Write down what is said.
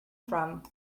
from